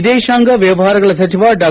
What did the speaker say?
ವಿದೇಶಾಂಗ ವ್ಯವಹಾರಗಳ ಸಚಿವ ಡಾ